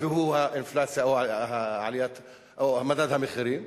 והוא האינפלציה או מדד המחירים,